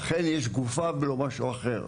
אכן יש גופה ולא משהו אחר,